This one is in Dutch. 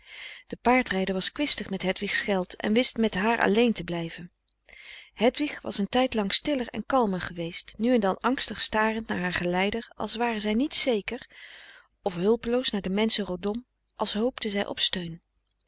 de paardrijder was kwistig met hedwigs geld en wist met haar alleen te blijven hedwig was een tijdlang stiller en kalmer geweest nu en dan angstig starend naar haar geleider als ware zij niet zeker of hulpeloos naar de menschen rondom als hoopte zij op steun